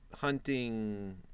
hunting